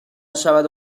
شود